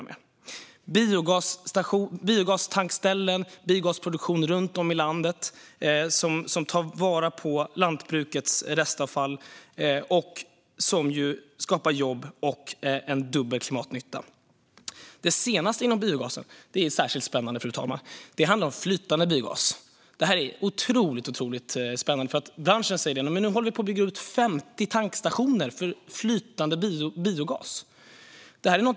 Det finns biogastankställen, och vi har biogasproduktion runt om i landet som tar vara på lantbrukets restavfall, vilket skapar jobb och dubbel klimatnytta. Det senaste inom biogasen är särskilt spännande, fru talman. Det handlar om flytande biogas, och det är otroligt spännande. Branschen säger att 50 tankstationer för flytande biogas håller på att byggas.